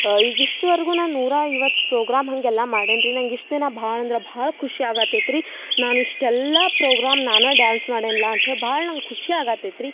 ಈಗ ಇಷ್ಟುವರ್ಗೂ ನಾನು ನೂರಾ ಐಒಟ್ಟು ಪ್ರೋಗ್ರಾಮ್ ಹಾಗೆಲ್ಲ ಮಾಡೇನಿ ರಿ ನಂಗೆ ಇಷ್ಟು ದಿನ ಭಾಳ ಅಂದ್ರೆ ಭಾಳ ಖುಷಿ ಆಗಾತೈತ್ರಿ ನಾನು ಇಷ್ಟೆಲ್ಲ ಪ್ರೋಗ್ರಾಮ್ ನಾನೇ ಡ್ಯಾನ್ಸ್ ಮಾಡೇನಲ್ಲ ಅಂತ್ಹೇಳಿ ಭಾಳ ಖುಷಿ ಆಗಾತೈತ್ರಿ